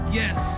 yes